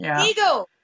Ego